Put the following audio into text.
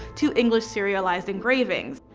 to english serialized engravings.